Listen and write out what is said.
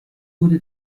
wurde